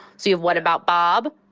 so you have what about bob,